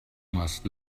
must